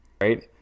right